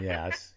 Yes